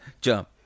jump